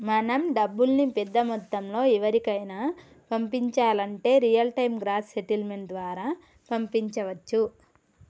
మనం డబ్బుల్ని పెద్ద మొత్తంలో ఎవరికైనా పంపించాలంటే రియల్ టైం గ్రాస్ సెటిల్మెంట్ ద్వారా పంపించవచ్చు